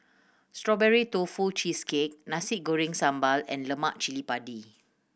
Strawberry Tofu Cheesecake Nasi Goreng Sambal and Lemak Chili Padi